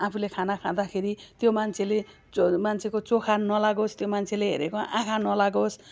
आफूले खाना खाँदाखेरि त्यो मान्छेले मान्छेको चोखा नलागोस् त्यो मान्छेले हेरेको आँखा नलागोस्